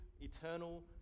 eternal